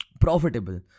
profitable